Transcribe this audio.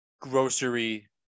grocery